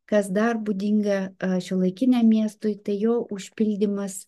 kas dar būdinga šiuolaikiniam miestui tai jo užpildymas